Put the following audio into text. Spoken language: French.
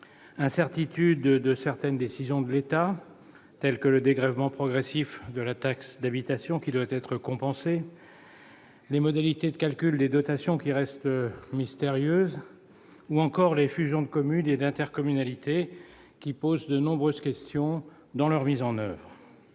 Incertitudes d'abord quant à des décisions de l'État, comme le dégrèvement progressif de la taxe d'habitation, qui doit être compensé, les modalités de calcul des dotations, qui restent mystérieuses, ou encore les fusions de communes et d'intercommunalités, qui posent de nombreuses questions dans leur mise en oeuvre